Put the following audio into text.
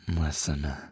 Listen